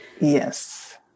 Yes